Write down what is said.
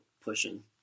pushing